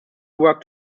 work